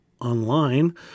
online